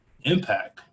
impact